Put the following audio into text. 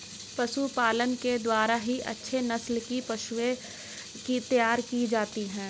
पशुपालन के द्वारा ही अच्छे नस्ल की पशुएं तैयार की जाती है